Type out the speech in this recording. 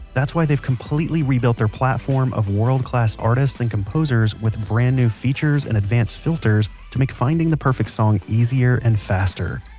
that's why they've completely rebuilt their platform of world-class artists and composers with brand-new features and advanced filters to make finding the perfect song easier and faster.